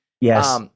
Yes